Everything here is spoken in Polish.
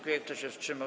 Kto się wstrzymał?